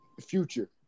future